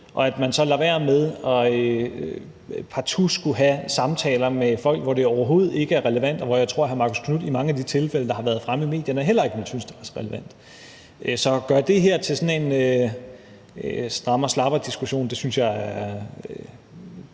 Man lader være med partout at skulle have samtaler med folk, hvor det overhovedet ikke er relevant, og hvor jeg tror hr. Marcus Knuth i mange af de tilfælde, der har været fremme i medierne, heller ikke ville synes det var så relevant. Så at gøre det her til sådan en strammer-slapper-diskussion synes jeg er